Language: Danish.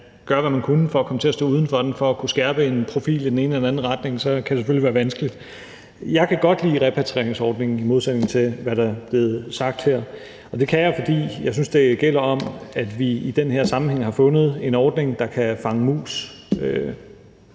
gøre, hvad man kunne, for at komme til at stå uden for den for at kunne skærpe en profil i den ene eller anden retning, så kan det selvfølgelig være vanskeligt. Jeg kan godt lide repatrieringsordningen i modsætning til, hvad der er blevet sagt her, og det kan jeg, fordi jeg synes, det handler om, at vi i den her sammenhæng har fundet en ordning, der kan fange mus